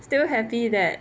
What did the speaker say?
still happy that